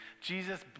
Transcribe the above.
Jesus